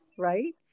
Right